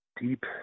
deep